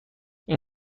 این